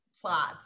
plots